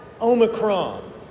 Omicron